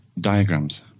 diagrams